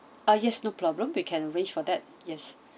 ah yes no problem we can arrange for that yes